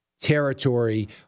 territory